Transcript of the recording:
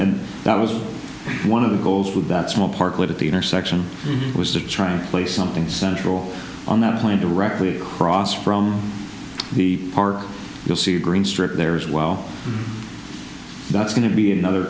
and that was one of the goals of that small park at the intersection was to try and play something central on that point directly across from the park you'll see a green strip there is well that's going to be another